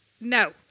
no